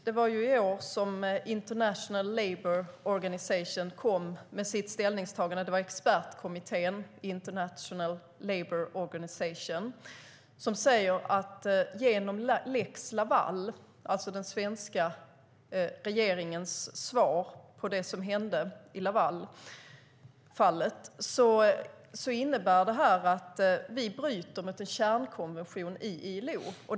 Det var i år som ILO:s expertkommitté kom med sitt ställningstagande att vi genom lex Laval, alltså den svenska regeringens svar på det som hände i Lavalfallet, bryter mot en kärnkonvention i ILO.